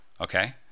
okay